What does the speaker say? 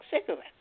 cigarettes